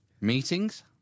Meetings